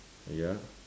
ya